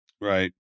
Right